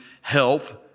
health